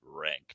ranked